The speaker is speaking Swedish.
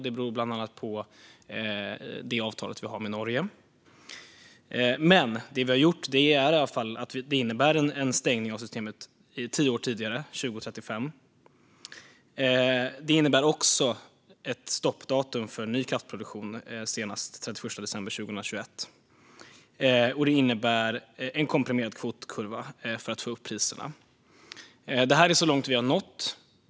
Det beror bland annat på det avtal Sverige har med Norge. Det innebär dock en stängning av systemet tio år tidigare, 2035. Det innebär också ett stoppdatum för ny kraftproduktion senast den 31 december 2021, och det innebär en komprimerad kvotkurva för att få upp priserna. Detta är så långt vi har nått.